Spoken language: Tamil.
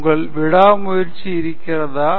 உங்களிடம் விடாமுயற்சி இருக்கிறதா